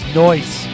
noise